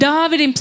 David